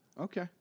Okay